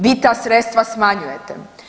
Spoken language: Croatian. Vi ta sredstva smanjujete.